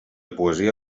poesia